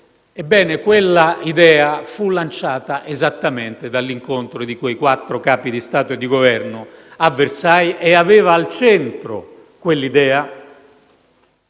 Ebbene, quell'idea fu lanciata esattamente nell'incontro di quei quattro Capi di Stato e di Governo a Versailles e aveva al centro